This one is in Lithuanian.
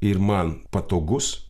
ir man patogus